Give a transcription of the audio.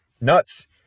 nuts